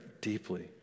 deeply